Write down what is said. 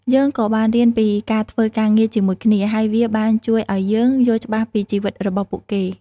យើងក៏បានរៀនពីការធ្វើការងារជាមួយគ្នា ហើយវាបានជួយឱ្យយើងយល់ច្បាស់ពីជីវិតរបស់ពួកគេ។